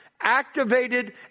activated